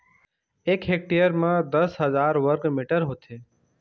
एक हेक्टेयर म दस हजार वर्ग मीटर होथे